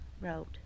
wrote